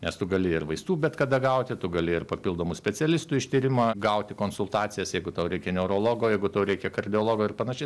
nes tu gali ir vaistų bet kada gauti tu gali ir papildomų specialistų ištyrimą gauti konsultacijas jeigu tau reikia neurologo jeigu tau reikia kardiologo ir panašiai